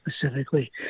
specifically